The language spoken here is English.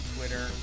Twitter